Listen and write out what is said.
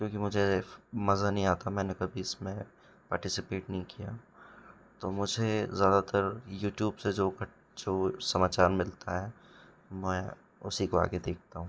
क्योंकि मुझे एफ मज़ा नही आता मैंने कभी इस में पार्टिसिपेट नहीं किया तो मुझे ज़्यादातर यूट्यूब से जो घट जो समाचार मिलता है मैं उसी को आगे देखता हूँ